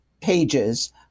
pages